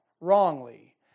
wrongly